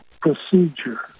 procedure